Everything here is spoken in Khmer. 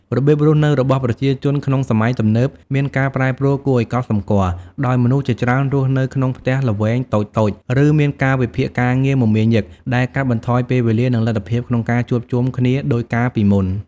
របៀបរស់នៅរបស់ប្រជាជនក្នុងសម័យទំនើបមានការប្រែប្រួលគួរឱ្យកត់សម្គាល់ ដោយមនុស្សជាច្រើនរស់នៅក្នុងផ្ទះល្វែងតូចៗ ឬមានកាលវិភាគការងារមមាញឹក ដែលកាត់បន្ថយពេលវេលា និងលទ្ធភាពក្នុងការជួបជុំគ្នាដូចកាលពីមុន។